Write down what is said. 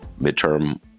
midterm